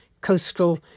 coastal